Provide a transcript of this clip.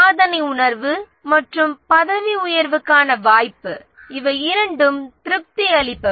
சாதனை உணர்வு மற்றும் பதவி உயர்வுக்கான வாய்ப்பு இவை இரண்டும் திருப்தி அளிப்பவை